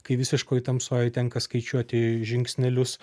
kai visiškoj tamsoj tenka skaičiuoti žingsnelius